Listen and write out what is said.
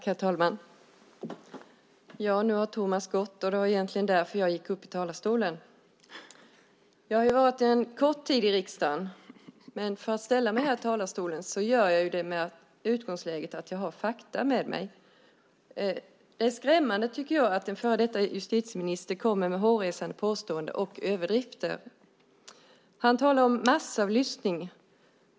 Herr talman! Nu har Thomas Bodström lämnat kammaren, men jag gick egentligen upp i talarstolen för att vända mig till honom. Jag har varit kort tid i riksdagen, men när jag ställer mig i talarstolen gör jag det med utgångspunkten att jag har fakta med mig. Det är skrämmande att en före detta justitieminister kommer med hårresande påståenden och överdrifter. Han talar om massavlyssning.